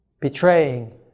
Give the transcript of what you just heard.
betraying